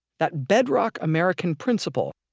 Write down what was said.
that bedrock american principle